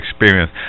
experience